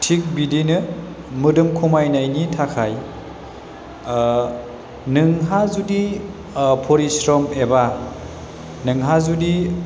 थिग बिदिनो मोदोम खामायनायनि थाखाय नोंहा जुदि फरिस्रम एबा नोंहा जुदि